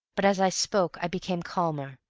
but as i spoke i became calmer,